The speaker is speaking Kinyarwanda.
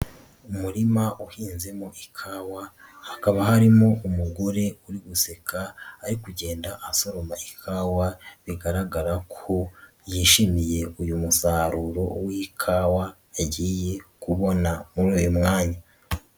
Umurima uhinzemo ikawa, hakaba harimo umugore uri guseka ari kugenda asoroma ikawa bigaragara ko yishimiye uyu musaruro w'ikawa yagiye kubona muri uyu mwanya.